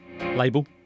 label